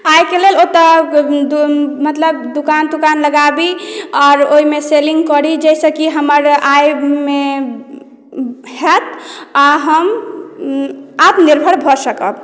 आयके लेल ओतय मतलब दोकान तोकान लगाबी आओर ओहिमे सेलिंग करी जे सेकी हमर आय होयत आ हम आत्मनिर्भर भऽ सकब